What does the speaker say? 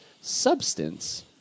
substance